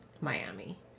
Miami